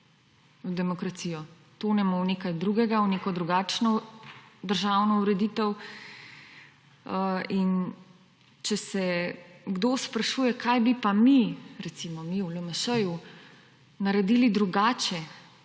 demokracijo. Tonemo v nekaj drugega, v neko drugačno državno ureditev. In če se kdo sprašujemo, kaj bi pa mi, recimo mi v LMŠ-ju, naredili drugače,